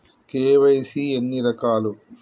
KYC ఎన్ని రకాలు?